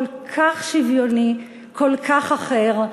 כל כך שוויוני, כל כך אחר,